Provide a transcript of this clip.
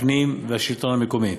משרד הפנים והשלטון המקומי.